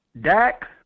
Dak